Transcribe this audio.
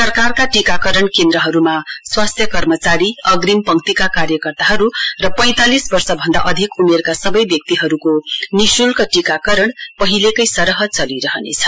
सरकारका टीकाकरण केन्द्रहरूमा स्वास्थ्य कर्मचारी अंग्रिम पंक्तिका कार्यकर्ताहरू र पैंतालिस वर्षभन्दा अधिक उमेरका सबै व्यक्तिहरू निश्ल्क टीकाकरण पहिले कै सरह चलिरहनेछ